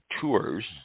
Tours